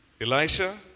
Elisha